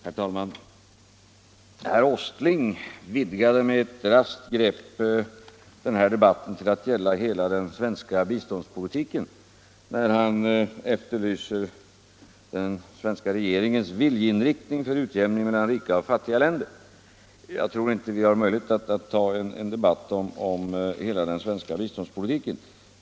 Herr talman! Herr Åsling vidgade med ett raskt grepp den här debatten till att omfatta hela den svenska biståndspolitiken, då han efterlyser den svenska regeringens viljeinriktning när det gäller utjämningen mellan rika och fattiga länder. Jag tror inte att vi nu har möjlighet att ta upp en debatt om hela den svenska biståndspolitiken.